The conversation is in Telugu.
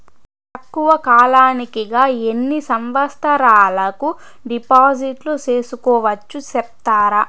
తక్కువ కాలానికి గా ఎన్ని సంవత్సరాల కు డిపాజిట్లు సేసుకోవచ్చు సెప్తారా